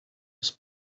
les